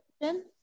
question